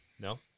No